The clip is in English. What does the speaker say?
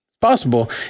Possible